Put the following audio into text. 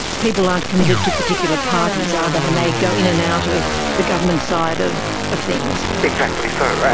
people aren't committed to particular parties, are they, and they go in and out of the government side of of things? exactly so.